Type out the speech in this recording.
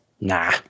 Nah